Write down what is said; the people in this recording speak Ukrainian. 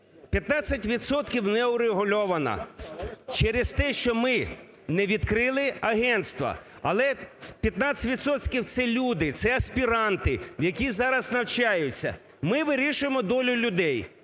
не урегульовано через те, що ми не відкрили агентства. Але 15 відсотків – це люди, це аспіранти, які зараз навчаються, ми вирішуємо долю людей.